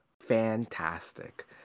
fantastic